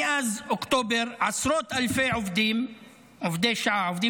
מאז אוקטובר עשרות אלפי עובדים שעתיים